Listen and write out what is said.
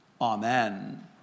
Amen